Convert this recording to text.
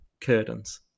curtains